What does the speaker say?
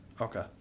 Okay